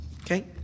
Okay